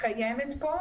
קיימת כאן.